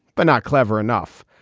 but not clever enough,